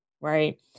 right